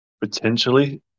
potentially